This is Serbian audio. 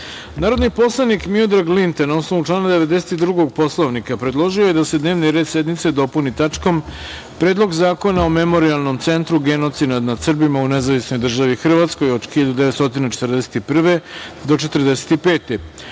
predlog. Narodni poslanik Miodrag Linta, na osnovu člana 92. Poslovnika predložio je da se dnevni red sednice dopuni tačkom – Predlog zakona o Memorijalnom centru „Genocid nad Srbima“ u nezavisnoj državi Hrvatskoj od 1941. do 1945.